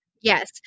yes